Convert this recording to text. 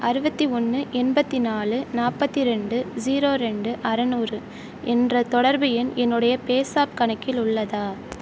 அறுபத்தி ஒன்று எண்பத்து நாலு நாற்பத்தி ரெண்டு ஜீரோ ரெண்டு அறநூறு என்ற தொடர்பு எண் என்னுடைய பேஸாப் கணக்கில் உள்ளதா